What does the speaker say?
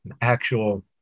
actual